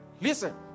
listen